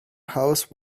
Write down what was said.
house